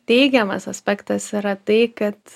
teigiamas aspektas yra tai kad